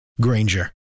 Granger